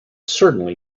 certainly